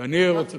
היתה